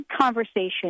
conversation